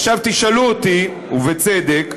עכשיו תשאלו אותי, ובצדק: